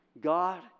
God